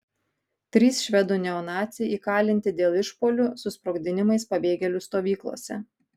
trys švedų neonaciai įkalinti dėl išpuolių su sprogdinimais pabėgėlių stovyklose